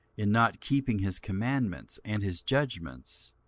in not keeping his commandments, and his judgments,